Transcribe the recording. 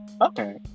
Okay